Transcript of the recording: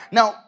Now